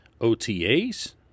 OTAs